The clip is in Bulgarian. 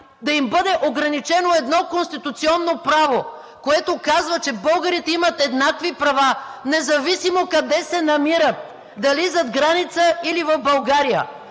да им бъде ограничено едно конституционно право, което казва, че българите имат еднакви права независимо къде се намират – дали зад граница или в България.